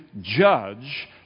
judge